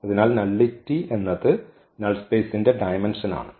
അതിനാൽ നള്ളിറ്റി എന്നത് നൾ സ്പേസ്ന്റെ ഡയമെന്ഷൻ ആണ്